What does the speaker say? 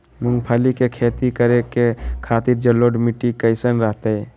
मूंगफली के खेती करें के खातिर जलोढ़ मिट्टी कईसन रहतय?